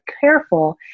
careful